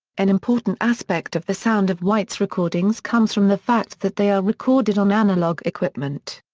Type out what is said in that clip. an important aspect of the sound of white's recordings comes from the fact that they are recorded on analog equipment.